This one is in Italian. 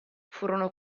furono